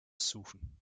suchen